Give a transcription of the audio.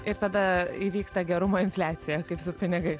ir tada įvyksta gerumo infliacija kaip su pinigais